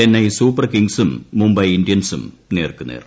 Chennai super കിംഗ്സും മുംബൈ ഇന്ത്യൻസും നേർക്കുനേർ